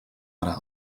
ara